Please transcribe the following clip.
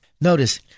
Notice